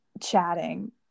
chatting